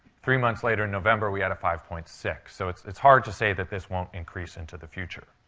three months later in november, we had a five point six. so it's it's hard to say that this won't increase into the future.